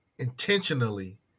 intentionally